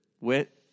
Wit